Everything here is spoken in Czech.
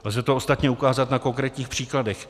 Lze to ostatně ukázat na konkrétních příkladech.